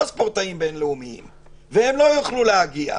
ספורטאים בין-לאומיים והם לא יוכלו להגיע.